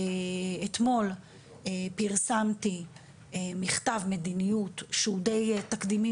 אתמול פרסמתי מכתב מדיניות שהוא די תקדימי,